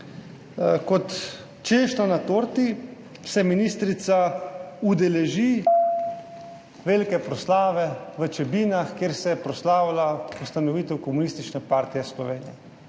Kot češnja na torti se ministrica udeleži velike proslave na Čebinah, kjer se proslavlja ustanovitev Komunistične partije Slovenije.